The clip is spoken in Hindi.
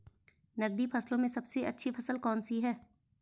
नकदी फसलों में सबसे अच्छी फसल कौन सी है?